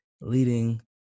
leading